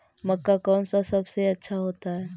मक्का कौन सा सबसे अच्छा होता है?